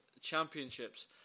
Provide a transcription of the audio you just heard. Championships